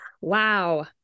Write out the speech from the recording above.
Wow